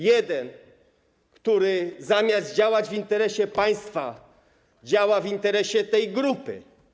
Jeden, który zamiast działać w interesie państwa, działa w interesie tej grupy.